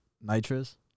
nitrous